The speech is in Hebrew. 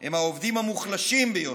הם העובדים המוחלשים ביותר,